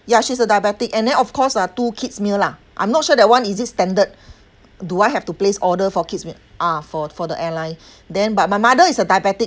ya she's a diabetic and then of course ah two kids meal lah I'm not sure that [one] is it standard do I have to place order for kids ah for for the airline then but my mother is a diabetic